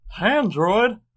Android